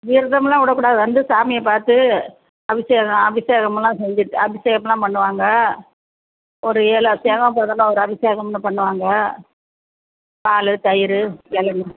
விரதமெலாம் விடக்கூடாது வந்து சாமியை பார்த்து அபிஷேகம் அபிஷேகமெல்லாம் செஞ்சுட்டு அபிஷேகமெல்லாம் பண்ணுவாங்க ஒரு ஏழு தேங்காய் பழத்தில் ஒரு அபிஷேகம்னு பண்ணுவாங்க பால் தயிர் இளநீ